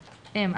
אם,